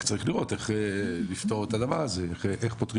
צריך לראות איך לפתור את הדבר הזה אחרת איך פותרים